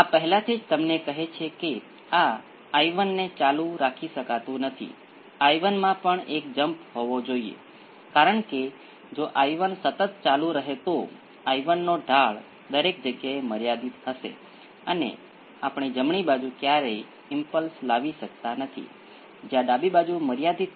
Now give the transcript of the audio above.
હવે જો તમે આ બંનેને બીજા ક્રમના વિકલન સમીકરણમાં જોડો છો તો તમારે રીઅલ ઘટકો સાથેની સર્કિટમાં બરાબર સમાન ગુણાંક મેળવવો પડશે આ રીઅલ ગુણાંક હશે પરંતુ આ બંને રીઅલ હોવું જરૂરી નથી કારણ કે આ V x કેટલાક કાલ્પનિક આઉટપુટનો સંદર્ભ આપે છે